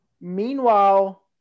Meanwhile